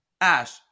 Ash